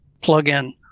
plug-in